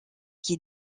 qui